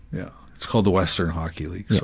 yeah. it's called the western hockey league so.